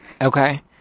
Okay